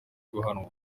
guhanwa